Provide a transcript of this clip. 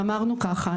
ואמרנו ככה,